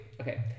Okay